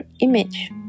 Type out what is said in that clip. image